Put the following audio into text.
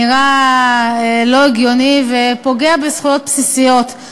נראה לא הגיוני ופוגע בזכויות בסיסיות.